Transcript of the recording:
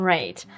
Right